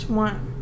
one